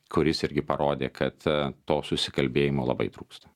kuris irgi parodė kad to susikalbėjimo labai trūksta